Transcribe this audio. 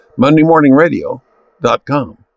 MondayMorningRadio.com